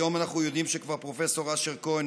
היום אנחנו כבר יודעים שפרופ' אשר כהן,